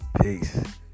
Peace